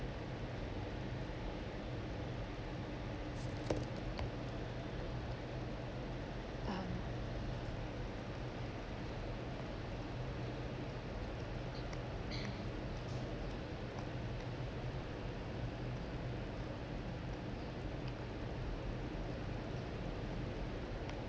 um